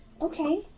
Okay